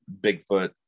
Bigfoot